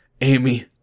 Amy